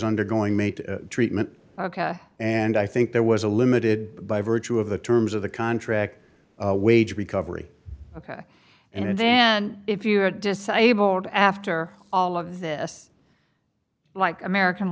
undergoing made treatment ok and i think there was a limited by virtue of the terms of the contract wage recovery ok and then if you are disabled after all of this like american